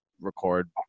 record